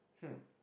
hmm